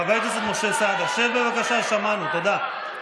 חבר הכנסת משה סעדה, שב, בבקשה, שמענו, תודה.